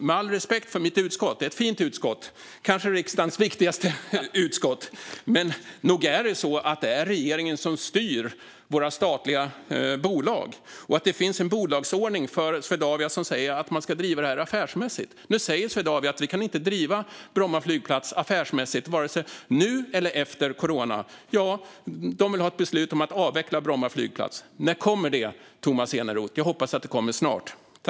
Med all respekt för mitt utskott - det är ett fint utskott, kanske riksdagens viktigaste utskott - men nog är det så att det är regeringen som styr våra statliga bolag. Och det finns en bolagsordning för Swedavia som säger att man ska driva det här affärsmässigt. Nu säger Swedavia: Vi kan inte driva Bromma flygplats affärsmässigt, vare sig nu eller efter corona. De vill ha ett beslut om att Bromma flygplats ska avvecklas. När kommer det, Tomas Eneroth? Jag hoppas att det kommer snart.